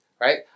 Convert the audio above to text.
right